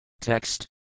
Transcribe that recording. Text